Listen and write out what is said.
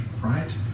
Right